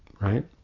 right